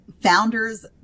founders